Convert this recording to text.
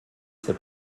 ses